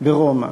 ברומא